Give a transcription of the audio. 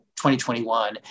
2021